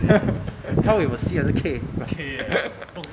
kyle with a C 还是 K